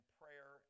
prayer